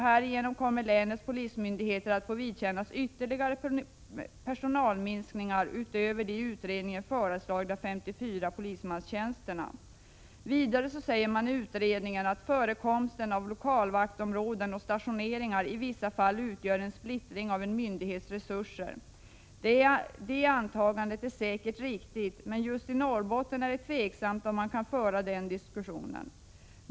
Härigenom kommer länets polismyndigheter att få vidkännas ytterligare personalminskningar utöver de i utredningen föreslagna 54 polismanstjänsterna. Vidare säger man i utredningen att förekomsten av lokalvaktområden och stationeringar i vissa fall utgör en splittring av en myndighets resurser. Det antagandet är säkert riktigt, men just i Norrbotten är det tveksamt om man kan föra den diskussionen.